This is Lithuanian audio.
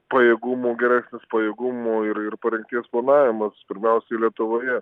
pajėgumų gersnis pajėgumų ir ir parengties planavimas pirmiausiai lietuvoje